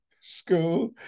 school